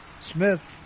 Smith